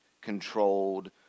controlled